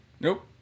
Nope